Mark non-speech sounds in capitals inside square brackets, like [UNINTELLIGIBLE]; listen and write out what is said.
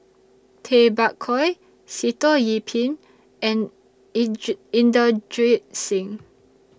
Tay Bak Koi Sitoh Yih Pin and [UNINTELLIGIBLE] Inderjit Singh